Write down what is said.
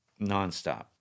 nonstop